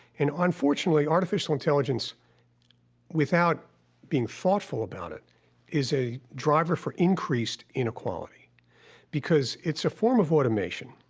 and unfortunately, artificial intelligence without being thoughtful about it is a driver for increased inequality because it's a form of automation,